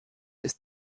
ist